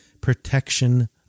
protection